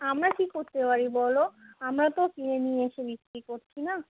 আমরা কী করতে পারি বলো আমরা তো কিনে নিয়ে এসে বিক্রি করছি না